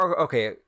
okay